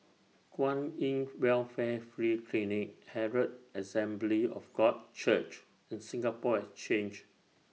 Kwan in Welfare Free Clinic Herald Assembly of God Church and Singapore Exchange